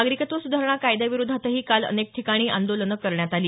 नागरिकत्व सुधारणा कायद्याविरोधातही काल अनेक ठिकाणी आंदोलनं करण्यात आली